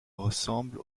ressemble